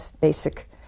basic